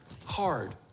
hard